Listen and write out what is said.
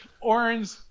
orange